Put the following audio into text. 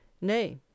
nay